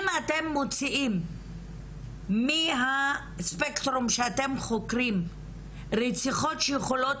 אם אתם מוציאים מהספקטרום שאתם חוקרים רציחות שיכולות